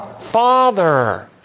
Father